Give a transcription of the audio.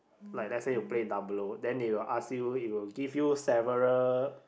like let say you play Diablo then they will ask you it will give you several